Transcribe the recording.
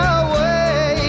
away